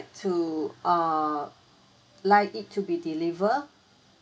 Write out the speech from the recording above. to err like it to be deliver